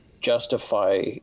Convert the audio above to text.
justify